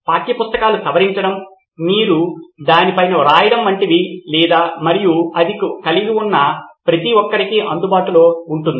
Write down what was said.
పాఠ్యపుస్తకాలు సవరించడం మీరు దాని పైన వ్రాయడం వంటివి లేదా మరియు అది కలిగి ఉన్న ప్రతి ఒక్కరికీ అందుబాటులో ఉంటుంది